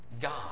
God